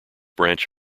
branch